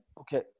Okay